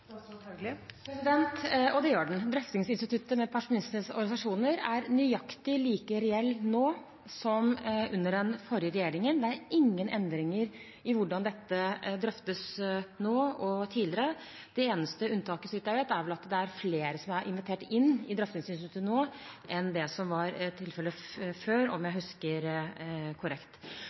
Og det gjør den. Drøftingsinstituttet med pensjonistenes organisasjoner er nøyaktig like reelt nå som under den forrige regjeringen. Det er ingen endringer i hvordan dette drøftes nå, og tidligere. Det eneste unntaket, så vidt jeg vet, er vel at det er flere som er invitert inn i drøftingsinstituttet nå enn det som var tilfellet før, om jeg husker korrekt.